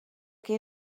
que